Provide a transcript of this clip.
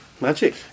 magic